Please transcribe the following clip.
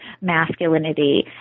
masculinity